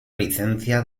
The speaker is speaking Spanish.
licencia